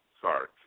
sorry